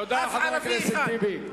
תודה, חבר הכנסת טיבי.